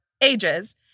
ages